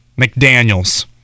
McDaniels